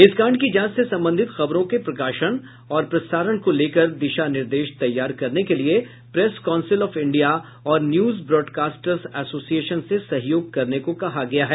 इस कांड की जांच से संबंधित खबरों के प्रकाशन और प्रसारण को लेकर दिशा निर्देश तैयार करने के लिये प्रेस काउंसिल ऑफ इंडिया और न्यूज ब्रॉडकास्टर्स एसोसिएशन से सहयोग करने को कहा गया है